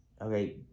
okay